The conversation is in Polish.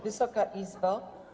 Wysoka Izbo!